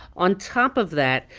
on top of that,